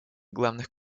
главных